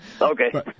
Okay